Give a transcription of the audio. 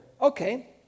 Okay